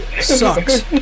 sucks